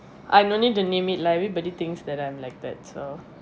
I no need to name it like everybody thinks that I'm like that so